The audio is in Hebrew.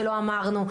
שלא אמרנו.